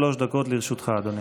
שלוש דקות לרשותך, אדוני.